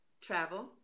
Travel